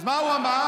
אז מה הוא אמר?